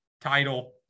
title